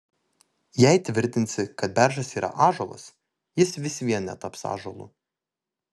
jei tvirtinsi kad beržas yra ąžuolas jis vis vien netaps ąžuolu